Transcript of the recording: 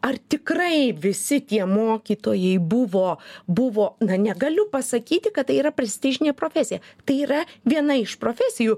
ar tikrai visi tie mokytojai buvo buvo na negaliu pasakyti kad tai yra prestižinė profesija tai yra viena iš profesijų